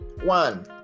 One